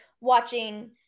watching